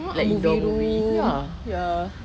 a'ah movie room ya